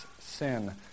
sin